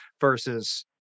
versus